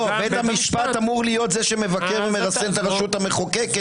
בית המשפט אמור להיות זה שמבקר ומרסן את הרשות המחוקקת,